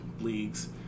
leagues